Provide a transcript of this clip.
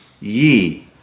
ye